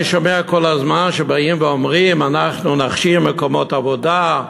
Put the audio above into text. אני שומע כל הזמן שבאים ואומרים: אנחנו נכשיר מקומות עבודה,